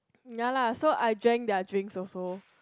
ya lah so I join their drink also